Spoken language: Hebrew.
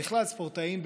בכלל ספורטאים,